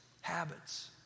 habits